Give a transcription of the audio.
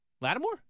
Lattimore